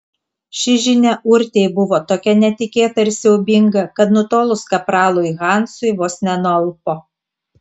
ši žinia urtei buvo tokia netikėta ir siaubinga kad nutolus kapralui hansui vos nenualpo